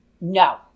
No